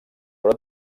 però